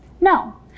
No